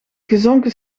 gezonken